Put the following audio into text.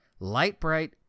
Lightbright